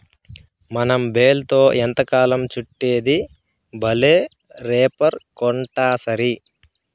మనం బేల్తో ఎంతకాలం చుట్టిద్ది బేలే రేపర్ కొంటాసరి